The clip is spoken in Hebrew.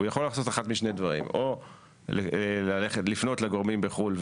יכול לעשות אחד משני דברים לפנות לגורמים בחו"ל,